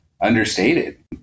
understated